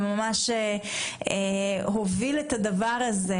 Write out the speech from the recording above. הוא ממש הוביל את זה.